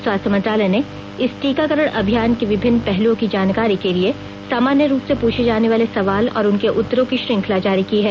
स्वास्थ्य मंत्रालय ने इस टीकाकरण अभियान के विभिन्न पहलुओं की जानकारी के लिए सामान्य रूप से पूछे जाने वाले सवाल और उनके उत्तरों की श्रृंखला जारी की है